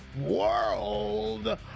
World